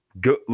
good